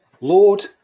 Lord